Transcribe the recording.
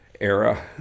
era